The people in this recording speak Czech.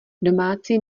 domácí